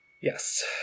Yes